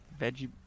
veggie